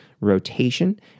rotation